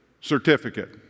certificate